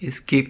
skip